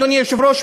אדוני היושב-ראש,